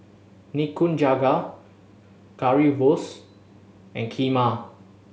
Nikujaga Currywurst and Kheema